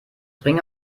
bringe